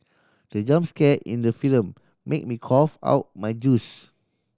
the jump scare in the film made me cough out my juice